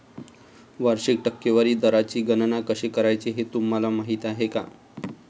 वार्षिक टक्केवारी दराची गणना कशी करायची हे तुम्हाला माहिती आहे का?